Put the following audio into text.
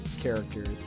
characters